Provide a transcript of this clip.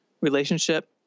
relationship